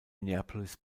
minneapolis